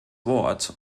wort